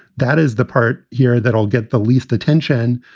that is the part here that will get the least attention.